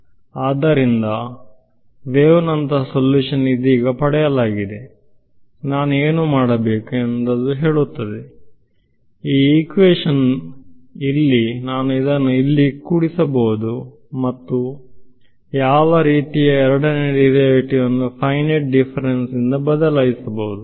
ಆದ್ದರಿಂದ ವೇವ್ ನಂತಹ ಸಲ್ಯೂಷನ್ ಇದೀಗ ಪಡೆಯಲಾಗಿದೆ ನಾನು ಏನು ಮಾಡಬೇಕು ಎಂದು ಅದು ಹೇಳುತ್ತದೆ ಈ ಈಕ್ವೇಶನ್ ಇಲ್ಲಿ ನಾನು ಅದನ್ನು ಇಲ್ಲಿ ಕೂಡಿಸಬಹುದು ಮತ್ತು ಯಾವ ರೀತಿಯ ಎರಡನೇ ಡಿರೈವೇಟಿವ್ ವನ್ನು ಫೈನೈಟ್ ಡಿಫರೆನ್ಸ್ ಇಂದ ಬದಲಾಯಿಸಬಹುದು